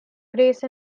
grace